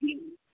फ्ही